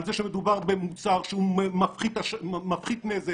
על זה שמדובר במוצר שהוא מפחית נזק.